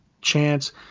chance